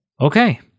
Okay